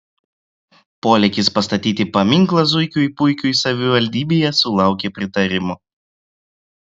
polėkis pastatyti paminklą zuikiui puikiui savivaldybėje sulaukė pritarimo